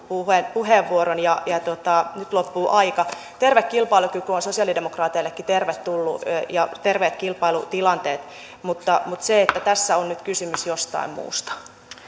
puheenvuoron nyt loppuu aika terve kilpailukyky on sosialidemokraateillekin tervetullutta ja terveet kilpailutilanteet mutta mutta tässä on nyt kysymys jostain muusta